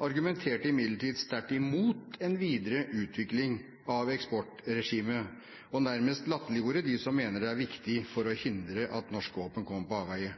argumenterte imidlertid sterkt imot en videre utvikling av eksportregimet og nærmest latterliggjorde dem som mener det er viktig for å hindre at norske våpen kommer på